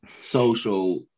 social